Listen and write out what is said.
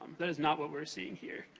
that is not what we're seeing here.